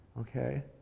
okay